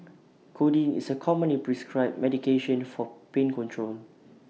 codeine is A commonly prescribed medication for pain control